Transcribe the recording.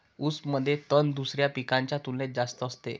ऊसामध्ये तण दुसऱ्या पिकांच्या तुलनेने जास्त असते